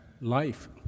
life